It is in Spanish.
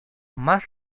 más